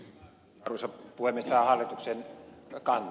tämä on hallituksen kanta